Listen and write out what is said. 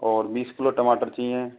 और बीस किलो टमाटर चाहिए